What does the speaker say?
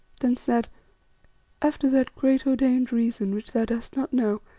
then said after that great ordained reason which thou dost not know,